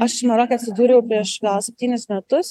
aš maroke atsidūriau prieš septynis metus